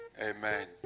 Amen